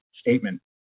statement